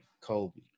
Kobe